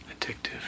addictive